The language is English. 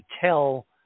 tell